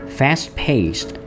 fast-paced